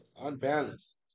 unbalanced